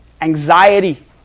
Anxiety